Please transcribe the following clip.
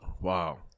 Wow